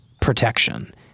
protection